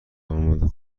آماده